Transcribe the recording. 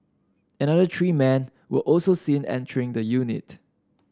another three men were also seen entering the unit